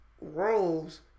roles